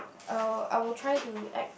I will I will try to act